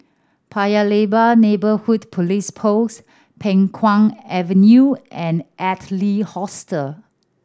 Paya Lebar Neighbourhood Police Post Peng Kang Avenue and Adler Hostel